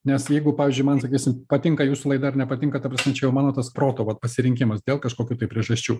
nes jeigu pavyzdžiui man sakysim patinka jūsų laida ar nepatinka ta prasme čia jau mano tas proto vat pasirinkimas dėl kažkokių tai priežasčių